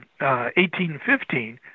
1815